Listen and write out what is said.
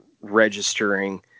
registering